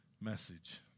message